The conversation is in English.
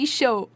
show